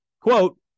quote